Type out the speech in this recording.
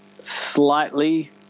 slightly